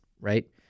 right